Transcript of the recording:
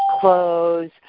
clothes